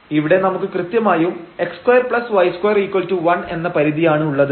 ഇവിടെ നമുക്ക് കൃത്യമായും x2y21 എന്ന പരിധിയാണ് ഉള്ളത്